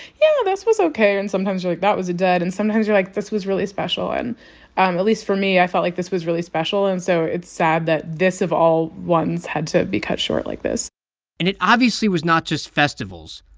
yeah, this was ok. and sometimes you're like, that was dud. and sometimes you're like, this was really special. and um at least for me, i felt like this was really special, and so it's sad that this of all ones had to be cut short like this and it obviously was not just festivals.